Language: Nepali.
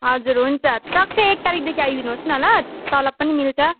हजुर हुन्छ टक्कै एक तारिखदेखि आइदिनुहोस् न ल तलब पनि मिल्छ